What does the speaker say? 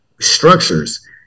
structures